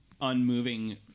unmoving